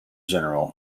general